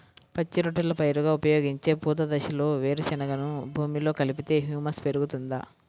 పచ్చి రొట్టెల పైరుగా ఉపయోగించే పూత దశలో వేరుశెనగను భూమిలో కలిపితే హ్యూమస్ పెరుగుతుందా?